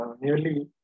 nearly